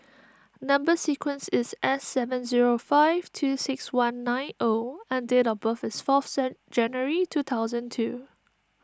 Number Sequence is S seven zero five two six one nine O and date of birth is fourth January two thousand two